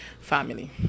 family